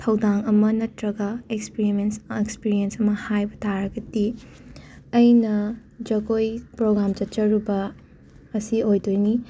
ꯊꯧꯗꯥꯡ ꯑꯃ ꯅꯠꯇ꯭ꯔꯒ ꯑꯦꯛꯁꯄꯔꯤꯃꯦꯟꯁ ꯑꯦꯛꯁꯄꯤꯔꯤꯌꯦꯟꯁ ꯑꯃ ꯍꯥꯏꯕ ꯇꯥꯔꯒꯗꯤ ꯑꯩꯅ ꯖꯒꯣꯏ ꯄ꯭ꯔꯣꯒꯥꯝ ꯆꯠꯆꯔꯨꯕ ꯑꯁꯤ ꯑꯣꯏꯗꯣꯏꯅꯤ